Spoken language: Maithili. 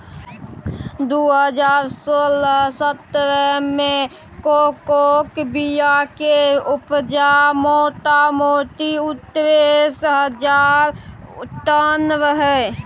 दु हजार सोलह सतरह मे कोकोक बीया केर उपजा मोटामोटी उन्नैस हजार टन रहय